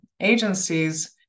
agencies